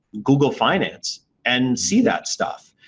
google finance, and see that stuff.